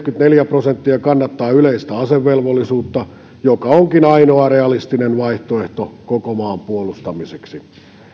prosenttia kannattaa yleistä asevelvollisuutta joka onkin ainoa realistinen vaihtoehto koko maan puolustamiseksi